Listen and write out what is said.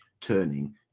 turning